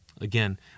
Again